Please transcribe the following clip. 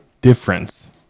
difference